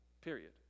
period